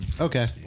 Okay